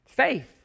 Faith